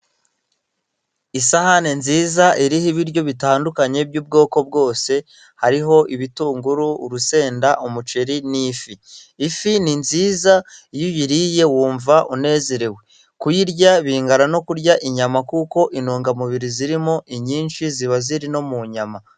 Isahani nziza, iriho ibiryo bitandukanye by'ubwoko bwose, hariho ibitunguru, urusenda, umuceri, n'ifi. Ifi ni nziza, iyo uyiririye wumva unezerewe. Kuyirya bingana no kurya inyama, kuko intungamubiri zirimo, inyinshi ziba ziri no mu nyama.